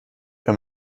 wenn